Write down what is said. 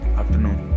afternoon